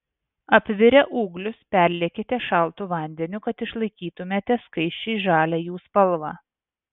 apvirę ūglius perliekite šaltu vandeniu kad išlaikytumėte skaisčiai žalią jų spalvą